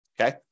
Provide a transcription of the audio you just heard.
okay